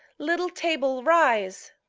little table, rise!